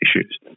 issues